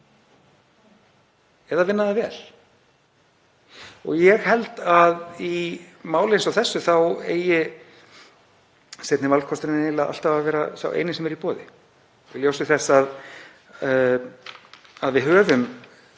eða vinna það vel. Ég held að í máli eins og þessu þá eigi seinni valkosturinn eiginlega alltaf að vera sá eini sem er í boði. Í ljósi þess að við höfum